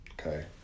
Okay